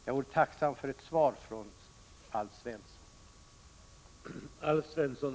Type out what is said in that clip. Jag vore tacksam för ett svar från Alf Svensson.